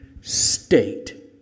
state